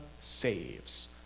saves